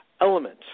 element